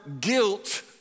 guilt